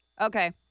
Okay